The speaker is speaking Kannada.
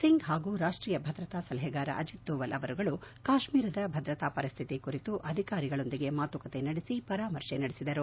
ಸಿಂಗ್ ಹಾಗೂ ರಾಷ್ಟೀಯ ಭದ್ರತಾ ಸೆಲಹೆಗಾರ ಅಜಿತ್ ದೋವಲ್ ಅವರುಗಳು ಕಾಶ್ಟೀರದ ಭದ್ರತಾ ಪರಿಸ್ಲಿತಿ ಕುರಿತು ಅಧಿಕಾರಿಗಳೊಂದಿಗೆ ಮಾತುಕತೆ ನಡೆಸಿದರು